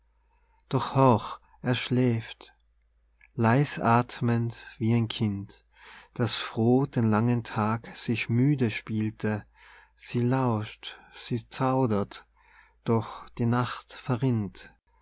doch horch er schläft leis athmend wie ein kind das froh den langen tag sich müde spielte sie lauscht sie zaudert doch die nacht verrinnt